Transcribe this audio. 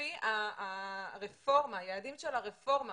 לפי היעדים של הרפורמה,